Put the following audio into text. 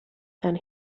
then